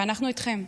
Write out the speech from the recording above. ואנחנו איתכם.